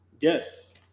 Yes